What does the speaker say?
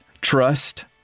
trust